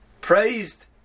praised